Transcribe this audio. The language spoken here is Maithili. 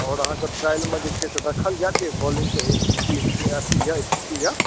आओर अहाँके ट्रायलमे जे छै से देखल जायत जे बॉलिंगके की इस्थि अथी यए स्थिति यए